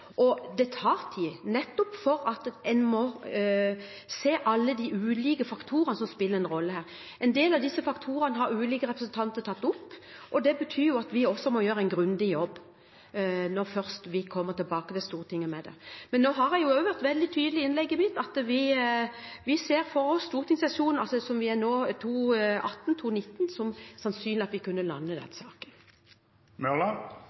Og det tar tid, nettopp fordi man må se alle de ulike faktorene som spiller en rolle her. En del av disse faktorene har ulike representanter tatt opp. Det betyr at vi må gjøre en grundig jobb når vi først kommer tilbake til Stortinget med det. Jeg var i innlegget mitt veldig tydelig på at vi ser for oss at vi sannsynligvis kan lande